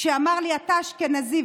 שאמר לי: אתה אשכנזי,